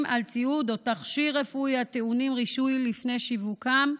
על ציוד או תכשיר רפואי הטעונים רישוי לפני שיווקם.